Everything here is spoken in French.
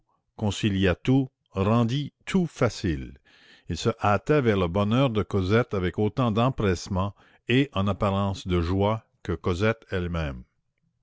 tout rendit tout facile il se hâtait vers le bonheur de cosette avec autant d'empressement et en apparence de joie que cosette elle-même